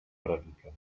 predica